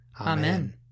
Amen